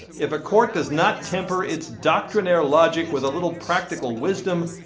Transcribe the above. if a court does not temper its doctrinaire logic with a little practical wisdom,